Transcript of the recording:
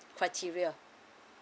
criteria